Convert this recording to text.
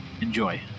Enjoy